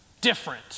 different